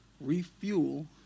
refuel